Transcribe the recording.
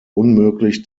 unmöglich